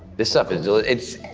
this stuff is delicious.